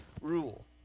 rule